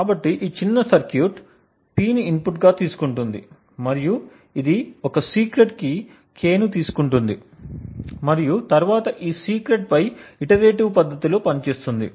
కాబట్టి ఈ చిన్న సర్క్యూట్ P ని ఇన్పుట్ గా తీసుకుంటుంది మరియు ఇది ఒక సీక్రెట్ K ను తీసుకుంటుంది మరియు తరువాత ఈ సీక్రెట్ పై ఇటరేటివ్ పద్ధతిలో పనిచేస్తుంది